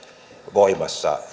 voimassa